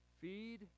Feed